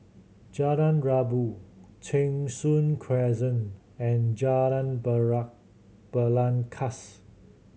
Jalan Rabu Cheng Soon Crescent and Jalan Belangkas